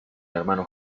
hermano